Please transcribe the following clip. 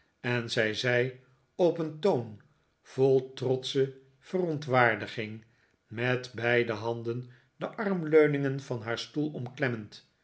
en zij zei op een toon vol trotsche verontwaardiging met beide handen de armleuningen van haar stoel